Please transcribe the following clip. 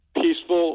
peaceful